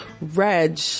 Reg